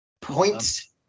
points